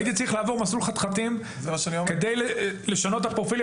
הייתי צריך לעבור מסלול חתחתים כדי לשנות את הפרופיל.